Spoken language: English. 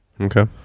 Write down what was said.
Okay